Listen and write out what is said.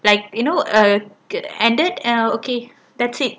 like you know err and that err okay that's it